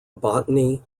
botany